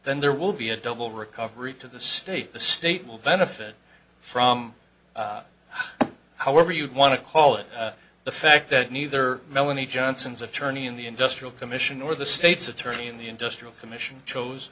then there will be a double recovery to the state the state will benefit from however you want to call it the fact that neither melanie johnson's attorney in the industrial commission or the state's attorney in the industrial commission chose